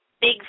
big